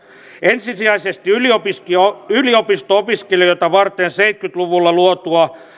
ensisijaisesti yliopisto opiskelijoita varten seitsemänkymmentä luvulla luotua